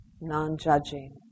non-judging